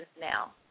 now